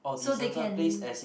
so they can